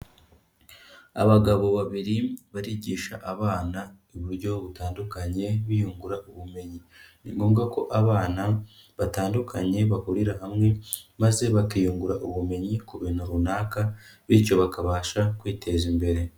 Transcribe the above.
Abagabo babiri barigisha abana uburyo butandukanye biyungura ubumenyi, ni ngombwa ko abana batandukanye bahurira hamwe maze bakiyungura ubumenyi ku bintu runaka bityo bakabasha kwiteza imbere.